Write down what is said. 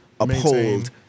uphold